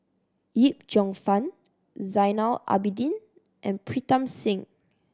Yip Cheong Fun Zainal Abidin and Pritam Singh